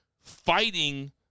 fighting